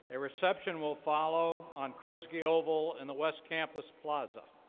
a reception will follow on kresge oval in the west campus plaza.